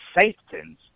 Satan's